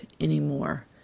anymore